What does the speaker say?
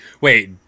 Wait